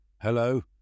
Hello